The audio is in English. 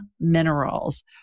Minerals